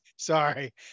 Sorry